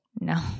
No